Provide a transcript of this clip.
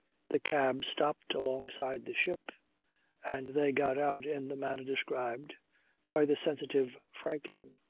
the cab stopped alongside the ship and they got out in the manner described by the sensitive franklin.